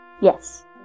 Yes